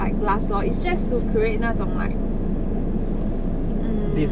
like glass door it's just to create 那种 like mm